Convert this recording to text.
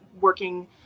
working